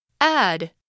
Add